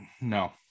No